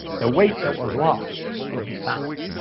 the weight that was lost will be found.